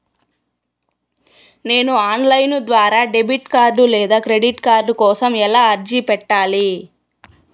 నేను online ద్వారా debit card లేదా క్రెడిట్ కార్డు కోసం ఎలా అర్జీ పెట్టాలి?